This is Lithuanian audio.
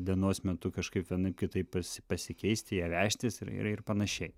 dienos metu kažkaip vienaip kitaip pas pasikeisti ją vežtis ir ir panašiai